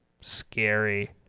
Scary